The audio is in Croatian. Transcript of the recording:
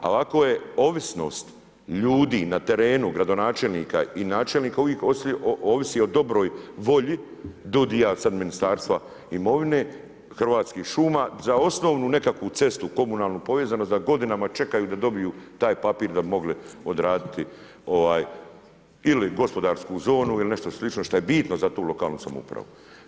Ali ako je ovisnost ljudi na terenu gradonačelnika i načelnika uvijek ovisi o dobroj volji, DUUDI-a, a sada Ministarstva imovine, Hrvatskih šuma za osnovnu nekakvu cestu komunalnu povezanost da godinama čekaju da dobiju taj papir da bi mogli odraditi ili gospodarsku zonu ili nešto slično što je bitno za tu lokalnu samoupravu.